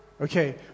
Okay